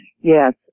yes